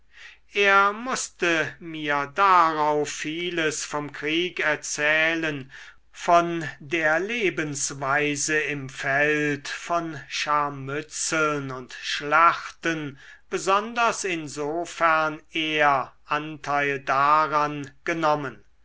er mußte mir darauf vieles vom krieg erzählen von der lebensweise im feld von scharmützeln und schlachten besonders insofern er anteil daran genommen